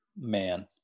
man